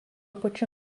pačiu